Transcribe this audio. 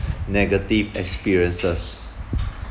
negative experiences